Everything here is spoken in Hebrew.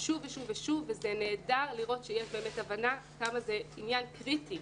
ושמענו שוב ושוב ושוב וזה נהדר לראות שבאמת יש הבנה כמה זה עניין קריטי